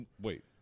Wait